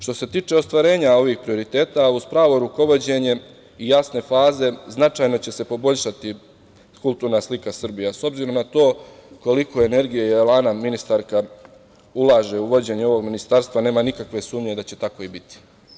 Što se tiče ostvarenja ovih prioriteta, uz pravo rukovođenje i jasne faze, značajno će se poboljšati kulturna slika Srbije, a s obzirom na to koliko energije i elana ministarka ulaže u vođenje ovog ministarstva, nema nikakve sumnje da će tako i biti.